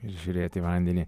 ir žiūrėti į vandenį